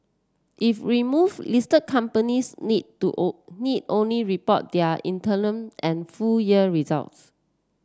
if remove listed companies need to old need only report their and full year results